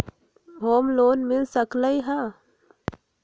Home loan मिल सकलइ ह?